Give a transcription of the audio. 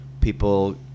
people